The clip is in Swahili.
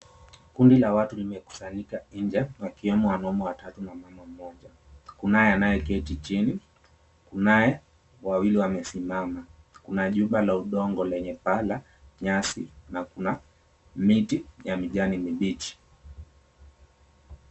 Kundi la watu limekusanyika nje wakiwemo wanaume watu na mama mmoja, kunaye anaye keti chini kunaye wawili wamesimama, kuna nyumba ya udongo lenye paa la nyasi na kuna miti ya mjani mibichi.